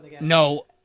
No